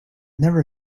never